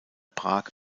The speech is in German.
prag